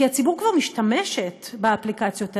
כי הציבור כבר משתמש באפליקציות האלה.